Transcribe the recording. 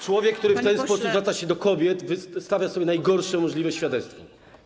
Człowiek, który w ten sposób zwraca się do kobiet, wystawia sobie najgorsze możliwe świadectwo.